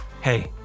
Hey